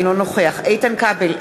אינו נוכח איתן כבל,